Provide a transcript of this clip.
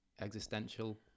existential